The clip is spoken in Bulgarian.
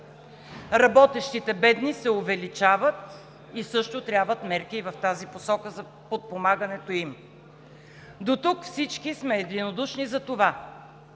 Работещите бедни се увеличават и също трябват мерки и в тази посока за подпомагането им. Дотук всички сме единодушни за това.